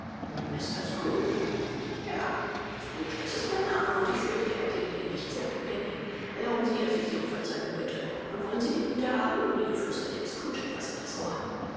mr scrooge ja sagte scrooge das ist mein name und ich fürchte er klingt ihnen nicht sehr angenehm erlauben sie daß ich sie um verzeihung bitte und wollen sie die güte haben hier flüsterte ihm scrooge etwas in das ohr